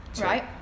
Right